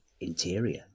Interior